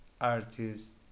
artists